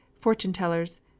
fortune-tellers